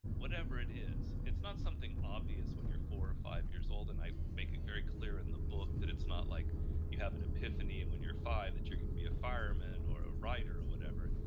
whatever it is. it's not something obvious when you are four or five years old and i make it very clear in the book that it's not like you have a piffany and when you are five that you are going to be a fireman or a writer whatever.